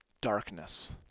darkness